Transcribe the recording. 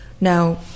Now